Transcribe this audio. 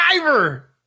Driver